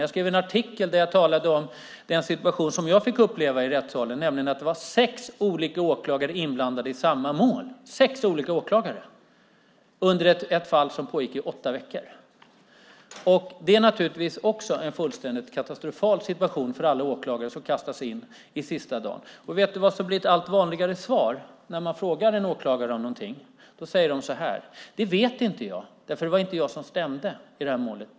Jag skrev en artikel där jag talade om den situation jag fick uppleva i rättssalen, nämligen att det var sex olika åklagare inblandade i samma mål under ett fall som pågick i åtta veckor. Det är naturligtvis också en fullständigt katastrofal situation för alla åklagare som kastas in med kort varsel. Vet du vad som blir ett allt vanligare svar när man frågar en åklagare om något? Jo, de svarar: Det vet jag inte, för det var inte jag som stämde i det här målet.